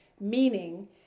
meaning